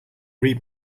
read